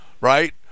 right